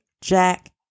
Jack